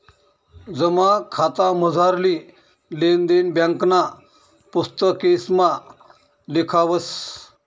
जमा खातामझारली लेन देन ब्यांकना पुस्तकेसमा लिखावस